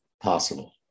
possible